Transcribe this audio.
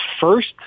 first